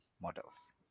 models